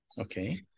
Okay